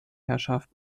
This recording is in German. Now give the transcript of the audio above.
herrschaft